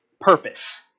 purpose